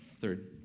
Third